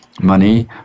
money